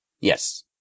Yes